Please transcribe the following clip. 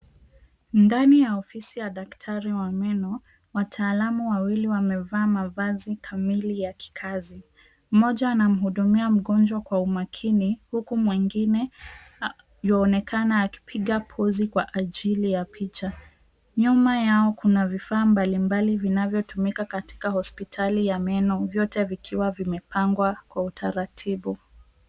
Ndani ya ofisi ya daktari wa meno, wataalamu wawili wamevaa mavazi kamili ya kikazi. Mmoja anamhudumia mgonjwa kwa umakini huku mwingine yuaonekana akipiga pozi kwa ajili ya picha. Nyuma yao kuna vifaa mbalimbali vinavyotumika katika hospitali ya meno, vyote vikiwa vimepangwa kwa utaratibu.